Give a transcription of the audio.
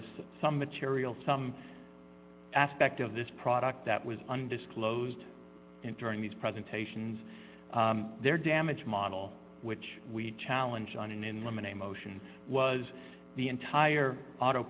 is some material some aspect of this product that was undisclosed and during these presentations their damage model which we challenge on in women a motion was the entire auto